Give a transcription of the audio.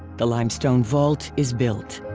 the limestone vault is built.